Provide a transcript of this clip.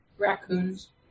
Raccoons